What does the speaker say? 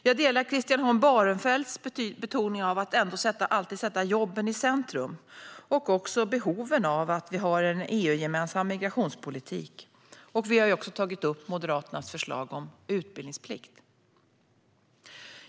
Jag delar Christian Holm Barenfelds betoning av att alltid sätta jobben i centrum och instämmer även i behovet av att vi har en EU-gemensam migrationspolitik. Vi har också tagit upp Moderaternas förslag om utbildningsplikt.